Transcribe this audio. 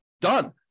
Done